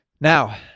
Now